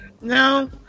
No